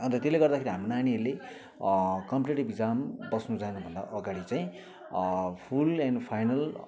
अन्त त्यसले गर्दाखेरि हाम्रो नानीहरूले कम्पिटेटिभ इक्जाम बस्नु जानुभन्दा अगाडि चाहिँ फुल एन्ड फाइनल